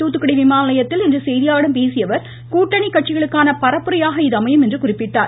தூத்துகுடி விமான நிலையத்தில் இன்று செய்தியாளர்களிடம் பேசிய அவர் கூட்டணி கட்சிகளுக்கான பரப்புரையாக இது அமையும் என்று குறிப்பிட்டார்